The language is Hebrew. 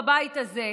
בבית הזה,